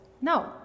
No